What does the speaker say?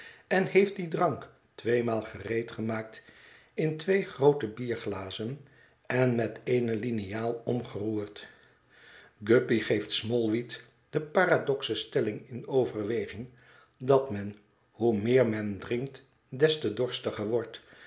en heeft dien drank tweemaal gereedgemaakt in twee groote bierglazen en met eene liniaal omgeroerd guppy geeft smallweed de paradoxe stelling in overweging dat men hoe meer men drinkt des te dorstiger wordt